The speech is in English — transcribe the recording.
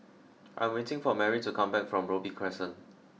I am waiting for Marie to come back from Robey Crescent